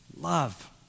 Love